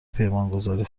پیامگذاری